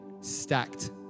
stacked